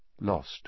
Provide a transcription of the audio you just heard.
lost